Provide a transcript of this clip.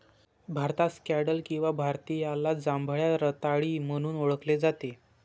भारतात स्कँडल किंवा भारतीयाला जांभळ्या रताळी म्हणून ओळखले जाते